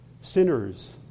sinners